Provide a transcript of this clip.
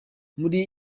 muri